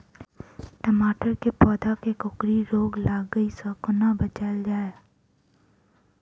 टमाटर केँ पौधा केँ कोकरी रोग लागै सऽ कोना बचाएल जाएँ?